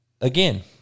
again